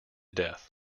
death